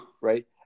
Right